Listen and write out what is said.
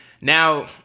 now